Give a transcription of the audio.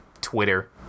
Twitter